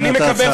אני מקבל,